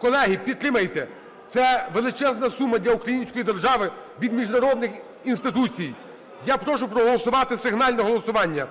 Колеги, підтримайте, це – величезна сума для української держави від міжнародних інституцій. Я прошу проголосувати, сигнальне голосування